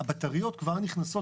הבטריות כבר נכנסות.